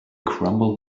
crumble